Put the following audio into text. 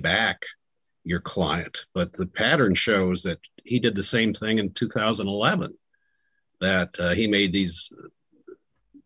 back your client but the pattern shows that he did the same thing in two thousand and eleven that he made these